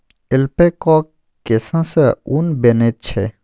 ऐल्पैकाक केससँ ऊन बनैत छै